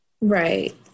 Right